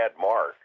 mark